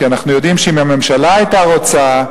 כי אנחנו יודעים שאם הממשלה היתה רוצה,